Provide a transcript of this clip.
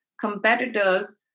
competitors